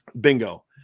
Bingo